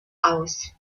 aus